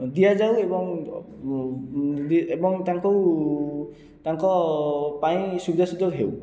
ଦିଆଯାଉ ଏବଂ ଏବଂ ତାଙ୍କୁ ତାଙ୍କ ପାଇଁ ସୁବିଧା ସୁଯୋଗ ହେଉ